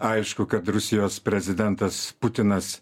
aišku kad rusijos prezidentas putinas